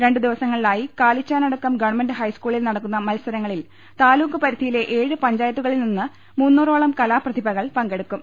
രണ്ട് ദിവസങ്ങളിലായി Kalichanadukkam government ഹൈസ്കൂളിൽ നടക്കുന്ന മത്സരങ്ങളിൽ താലൂക്ക് പരിധിയിലെ ഏഴ് പഞ്ചയാത്തുകളിൽ നിന്ന് ദാമ കലാ പ്രതിഭകൾ പങ്കെടുക്കും